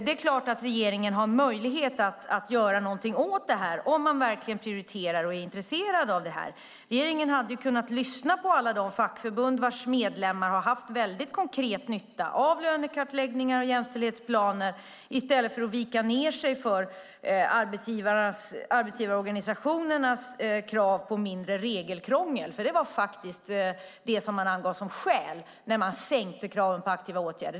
Det är klart att regeringen har möjlighet att göra någonting åt det här om man verkligen prioriterar och är intresserad av det. Regeringen hade kunnat lyssna på alla de fackförbund vars medlemmar har haft väldigt konkret nytta av lönekartläggningar och jämställdhetsplaner i stället för att vika ned sig för arbetsgivarorganisationernas krav på mindre regelkrångel; det var faktiskt det som man angav som skäl när man sänkte kraven på aktiva åtgärder.